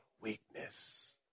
weakness